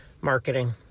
marketing